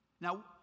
Now